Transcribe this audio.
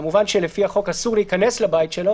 כמובן שלפי החוק אסור להיכנס לבית שלו.